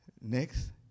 next